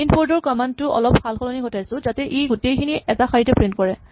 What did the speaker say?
print board ৰ কমাণ্ড টোত অলপ সালসলনি ঘটাইছো যাতে ই গোটেইখিনি এটা শাৰীত প্ৰিন্ট কৰে